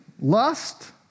Lust